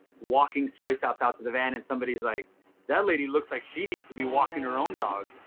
walking soy sauce out to the van. and somebody's like that lady looks like she needs to be walking her own dog.